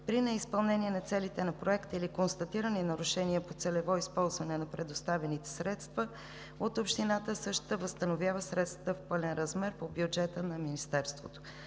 При неизпълнение на целите на проекта или констатирани нарушения по целево използване на предоставените средства от Общината същата възстановява средствата в пълен размер по бюджета на Министерството.